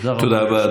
תודה רבה.